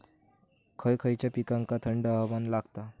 खय खयच्या पिकांका थंड हवामान लागतं?